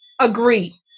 agree